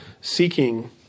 seeking